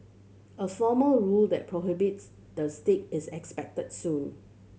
a formal rule that prohibits the stick is expected soon